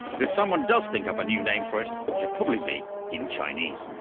if someone does think up a new name for it, it should probably be in chinese.